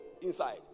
inside